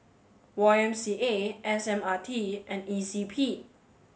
Y M C A S M R T and E C P